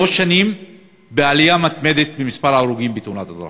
שלוש שנים אנחנו בעלייה מתמדת במספר ההרוגים בתאונות הדרכים.